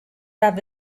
have